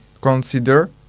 consider